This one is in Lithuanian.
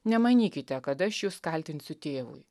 nemanykite kad aš jus kaltinsiu tėvui